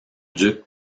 duc